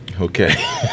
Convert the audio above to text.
Okay